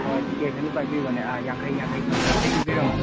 ꯑꯣ ꯇꯤꯀꯦꯠ ꯁꯤꯝꯇ ꯄꯥꯏꯕꯤꯈꯣꯅꯦ ꯌꯥꯡꯈꯩ ꯌꯥꯡꯈꯩ ꯌꯥꯡꯈꯩ ꯄꯤꯕꯤꯔꯝꯃꯣ